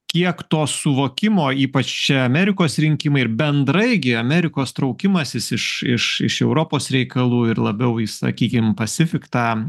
kiek to suvokimo ypač čia amerikos rinkimai ir bendrai gi amerikos traukimasis iš iš iš europos reikalų ir labiau į sakykim pasifik tą